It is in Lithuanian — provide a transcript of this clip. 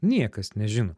niekas nežino